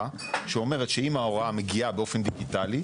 שאומרת שאם ההוראה מגיעה באופן דיגיטלי,